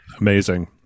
Amazing